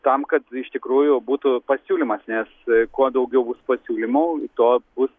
tam kad iš tikrųjų būtų pasiūlymas nes kuo daugiau bus pasiūlymų tuo bus